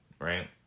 right